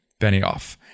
Benioff